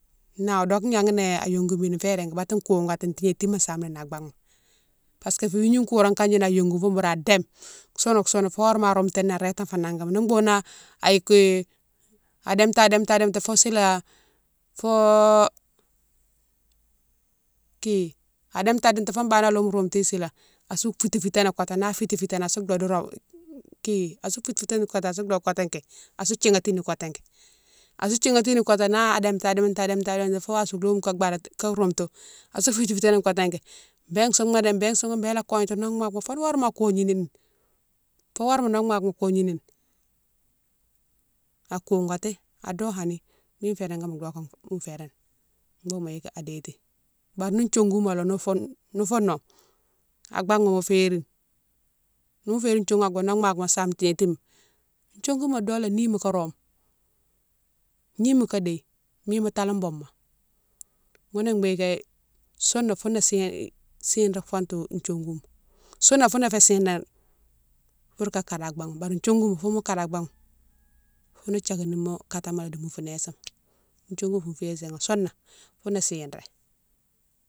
Nan dokou gnaghiné a yongoumini fé régui baté gougati tignatima same nini an baghma parce que fou wigne koura kanéne a yongou fo boura déme sounou soune fo horéma a roumtini a rétanfo nankama ni boughoune a yiki adéme ti- adéme ti- adéme ti fou sila fo ki, adéme ti- adéme ti fo banan a loume roumtoughi sila asou fite fiténi kotéké, na fite fiténi asou di doron ki, asou fite fiténi kotéke asou do kotéké asou thighatini kotéké, asou thighatini kotéke na déme ti- adéme ti- adéme ti- adéme ti- adéme ti fo asou loume ka badati roume tou asou fite fité ni kotéké bé souma dé bé souma dé béla kognati nogue makoma foni horé minan a kognini, fo horé minan nogue makoma kognini a kougati ado hanni mine fé régui yé dokane mine fé régui boughoune mo yike a déti. Bari ni thiougouma lého ni foune ni foune no a baghma mo férine, nimo férine thiougouma a baghma nogue makoma same tignétima thiouguma dolé ni moka rome, ni moka déye, mine mo talane bouma ghounné bigué souna founé chig, chig-ré fontou thiougouma, souna founé fé sigane pourou ka kade ni a baghma bari thiougouma foune nimo kade ni a baghma foune thiaganimo katama di moufinésema, thiougouma foune fiyé séne, souna founé chig-ré.